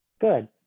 Good